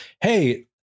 hey